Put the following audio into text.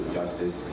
justice